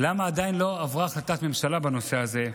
למה עדיין לא עברה החלטת ממשלה בנושא הזה?